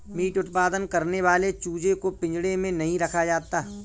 meet उत्पादन करने वाले चूजे को पिंजड़े में नहीं रखा जाता